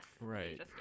Right